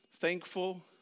thankful